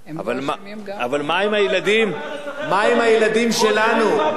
אבל מה עם הילדים שלנו, הם חוזרים הביתה, למולדת.